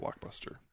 blockbuster